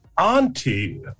auntie